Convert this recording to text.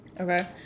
Okay